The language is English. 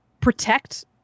protect